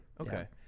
okay